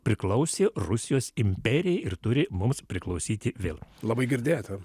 priklausė rusijos imperijai ir turi mums priklausyti vėl labai girdėta